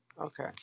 okay